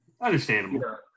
Understandable